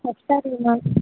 ಅಷ್ಟೇ